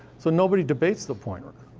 so nobody debates the point.